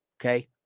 Okay